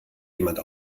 jemand